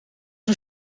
een